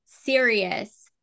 serious